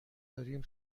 داریم